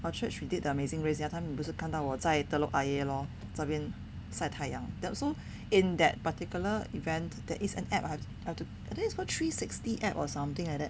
our church we did the amazing race the other time 你不是看到我在 telok ayer lor 这边晒太阳 so in that particular event there is an app I have I have to I think it's called three sixty app or something like that